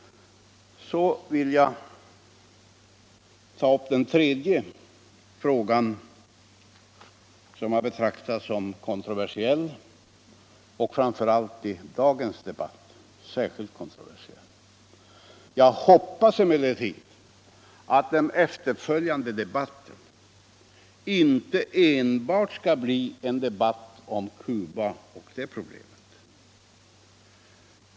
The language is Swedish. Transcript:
Så vill jag ta upp den tredje frågan som har betraktats som kontroversiell och som särskilt kontroversiell i dagens debatt. Jag hoppas emellertid att debatten inte enbart skall bli en debatt om Cuba.